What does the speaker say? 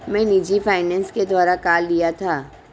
मैं निजी फ़ाइनेंस के द्वारा कार लिया था